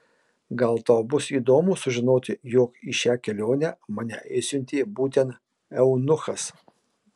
gal tau bus įdomu sužinoti jog į šią kelionę mane išsiuntė būtent eunuchas